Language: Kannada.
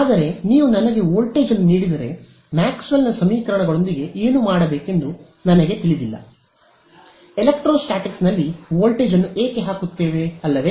ಆದರೆ ನೀವು ನನಗೆ ವೋಲ್ಟೇಜ್ ಅನ್ನು ನೀಡಿದರೆ ಮ್ಯಾಕ್ಸ್ವೆಲ್ನ ಸಮೀಕರಣಗಳೊಂದಿಗೆ ಏನು ಮಾಡಬೇಕೆಂದು ನನಗೆ ತಿಳಿದಿಲ್ಲ ಎಲೆಕ್ಟ್ರೋಸ್ಟಾಟಿಕ್ಸ್ ನಲ್ಲಿ ವೋಲ್ಟೇಜ್ ಅನ್ನು ಏಕೆ ಹಾಕುತ್ತೇನೆ ಅಲ್ಲವೇ